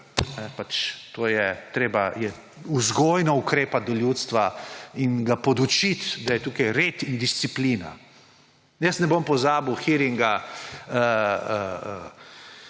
kazen, češ, treba je vzgojno postopati do ljudstva in ga podučiti, da je tukaj red in disciplina. Jaz ne bom pozabil hearinga